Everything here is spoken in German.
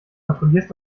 kontrollierst